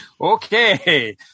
okay